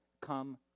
come